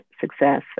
success